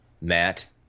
Matt